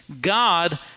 God